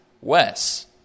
Wes